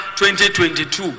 2022